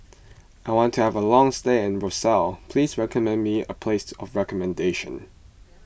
I want to have a long stay in Roseau please recommend me a place of recommendation